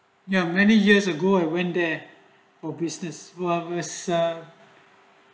ya are many years ago I went there are business i was ah